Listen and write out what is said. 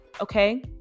Okay